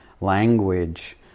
language